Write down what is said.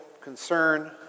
concern